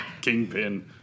Kingpin